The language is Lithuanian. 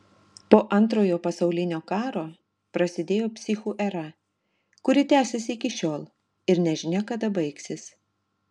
po antrojo pasaulinio karo prasidėjo psichų era kuri tęsiasi iki šiol ir nežinia kada baigsis